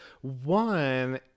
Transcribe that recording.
one